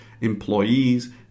employees